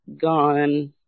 gone